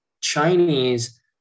Chinese